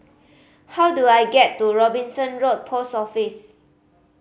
how do I get to Robinson Road Post Office